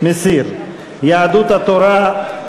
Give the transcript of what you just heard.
שירותי דת לעדות לא,